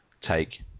take